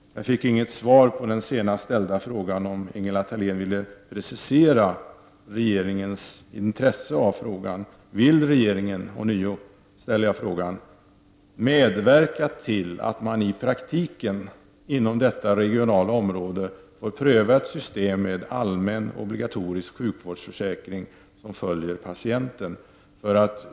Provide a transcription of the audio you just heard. Ingela Thalén svarade inte på min uppmaning att precisera regeringens intresse i denna fråga. Jag ställer ånyo frågan: Vill regeringen medverka till att man i praktiken inom detta regionala område får pröva ett system med allmän obligatorisk sjukvårdsförsäkring som följer patienten?